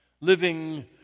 living